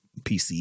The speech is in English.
PC